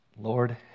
Lord